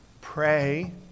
Pray